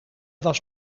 was